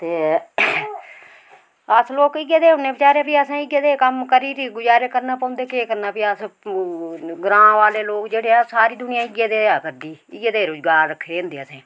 ते अस लोक इयै जे होन्ने बचारे फ्ही असें इ'यै जेह् कम्म करीर गुजारे करना पौंदे केह करना फ्ही अस ग्रांऽ बाले लोक जेह्ड़े ऐ अस सारी दुनिया इयै देआ करदी इयै दे रोजगार रक्खे दे होंदे असें